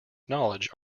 knowledge